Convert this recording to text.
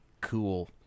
cool